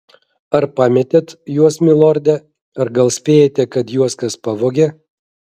ar pametėt juos milorde ar gal spėjate kad juos kas pavogė